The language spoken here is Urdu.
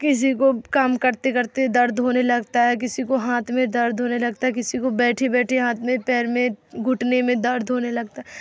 کسی کو کام کرتے کرتے درد ہونے لگتا ہے کسی کو ہاتھ میں درد ہونے لگتا ہے کسی کو بیٹھے بیٹھے ہاتھ میں پیر میں گھٹنے میں درد ہونے لگتا ہے